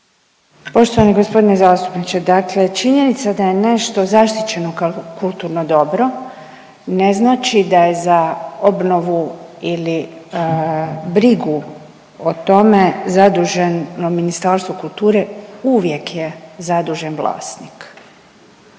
Poštovani gospodine zastupniče, dakle činjenica da je nešto zaštićeno kao kulturno dobro ne znači da je za obnovu ili brigu o tome zaduženo Ministarstvo kulture, uvijek je zadužen vlasnik.